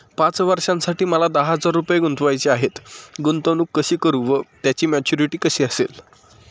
पाच वर्षांसाठी मला दहा हजार रुपये गुंतवायचे आहेत, गुंतवणूक कशी करु व त्याची मॅच्युरिटी कशी असेल?